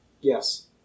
Yes